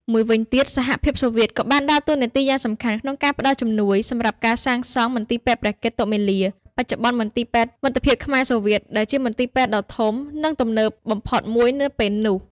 មួយវិញទៀត សហភាពសូវៀតក៏បានដើរតួនាទីយ៉ាងសំខាន់ក្នុងការផ្តល់ជំនួយសម្រាប់ការសាងសង់ មន្ទីរពេទ្យព្រះកេតុមាលា បច្ចុប្បន្នមន្ទីរពេទ្យមិត្តភាពខ្មែរ-សូវៀត ដែលជាមន្ទីរពេទ្យដ៏ធំ និងទំនើបបំផុតមួយនៅពេលនោះ។